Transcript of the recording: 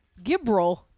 Gibral